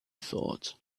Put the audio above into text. thought